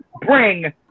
bring